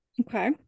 Okay